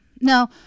No